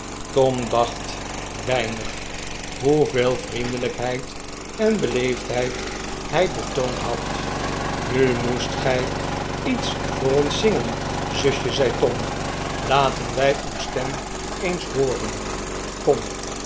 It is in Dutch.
tom dacht weinig hoeveel vriendelijkheid en beleefdheid hij betoond had nu moest gij iets voor ons zingen zusje zei tom laten wij uw stem eens hooren kom